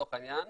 לצורך העניין,